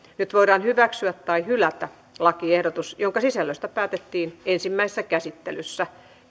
nyt voidaan hyväksyä tai hylätä lakiehdotus jonka sisällöstä päätettiin ensimmäisessä käsittelyssä